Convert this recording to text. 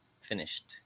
finished